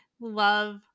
love